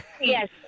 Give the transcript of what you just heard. Yes